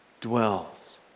dwells